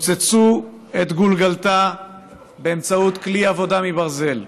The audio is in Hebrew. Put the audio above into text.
רוצצו את גולגולתה באמצעות כלי עבודה מברזל,